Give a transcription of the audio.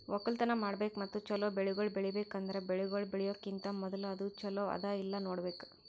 ಒಕ್ಕಲತನ ಮಾಡ್ಬೇಕು ಮತ್ತ ಚಲೋ ಬೆಳಿಗೊಳ್ ಬೆಳಿಬೇಕ್ ಅಂದುರ್ ಬೆಳಿಗೊಳ್ ಬೆಳಿಯೋಕಿಂತಾ ಮೂದುಲ ಅದು ಚಲೋ ಅದಾ ಇಲ್ಲಾ ನೋಡ್ಬೇಕು